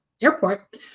airport